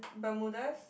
bermudas